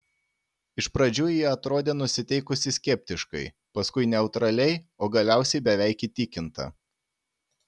iš pradžių ji atrodė nusiteikusi skeptiškai paskui neutraliai o galiausiai beveik įtikinta